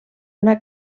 una